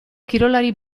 kirolari